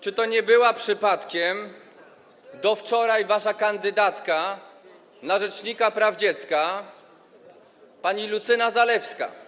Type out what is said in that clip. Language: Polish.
Czy to nie była przypadkiem do wczoraj wasza kandydatka na rzecznika praw dziecka pani Lucyna Zalewska?